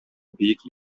биек